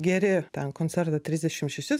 geri ten koncertą trisdešim šešis